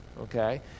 okay